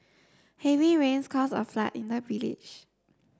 heavy rains caused a flood in the village